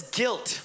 guilt